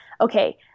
okay